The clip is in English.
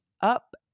up